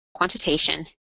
quantitation